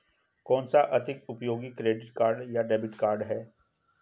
कौनसा अधिक उपयोगी क्रेडिट कार्ड या डेबिट कार्ड है?